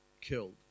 killed